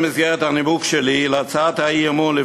במסגרת הנימוק של הצעת האי-אמון,